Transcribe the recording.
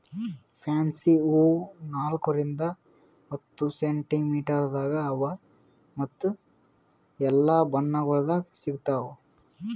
fancy ಹೂವು ನಾಲ್ಕು ರಿಂದ್ ಹತ್ತು ಸೆಂಟಿಮೀಟರದಾಗ್ ಅವಾ ಮತ್ತ ಎಲ್ಲಾ ಬಣ್ಣಗೊಳ್ದಾಗ್ ಸಿಗತಾವ್